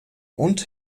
und